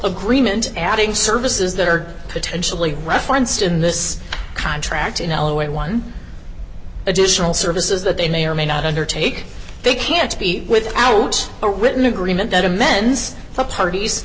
agreement adding services that are potentially referenced in this contract in l a way one additional services that they may or may not undertake they can speak without a written agreement that amends the parties